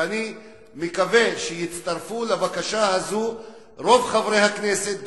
ואני מקווה שיצטרפו לבקשה הזו רוב חברי הכנסת,